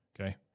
Okay